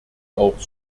auch